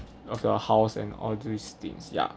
of your house and all these things yeah